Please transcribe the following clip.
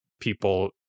people